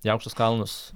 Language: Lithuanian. į aukštus kalnus